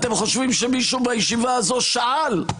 אתם חושבים שמישהו בישיבה הזאת שאל?